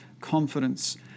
confidence